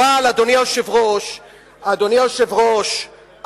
אדוני היושב-ראש,